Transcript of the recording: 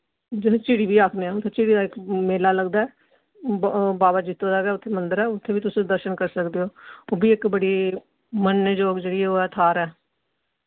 जिसी झिड़ी वी आखने आं उत्थे झिड़ी दा इक मेला लगदा ऐ ब बाबा जित्तो दा गै उत्थै मंदर ऐ उत्थे वी तुस दर्शन करी सकदे ओ ओह् बी इक बड़ी मन्नने जोग जेह्ड़ी ओह् ऐ थाह्र ऐ